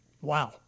Wow